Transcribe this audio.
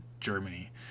Germany